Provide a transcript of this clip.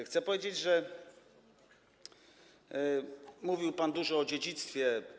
Chcę powiedzieć, że mówił pan dużo o dziedzictwie.